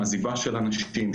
עזיבה של אנשים,